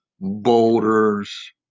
boulders